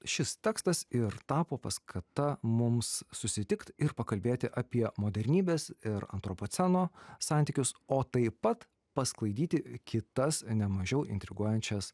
šis tekstas ir tapo paskata mums susitikt ir pakalbėti apie modernybės ir antropoceno santykius o taip pat pasklaidyti kitas ne mažiau intriguojančias